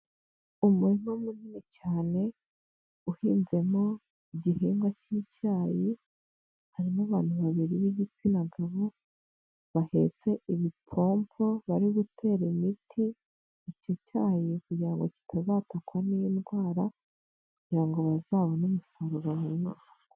Umurima munini cyane uhinzemo igihingwa cy'icyayi harimo abantu babiri b'igitsina gabo bahetse imipompo bari gutera imiti icyo cyayi kugira ngo kitazatakwa n'yo ndwara kugira ngo bazabone umusaruro mwiza.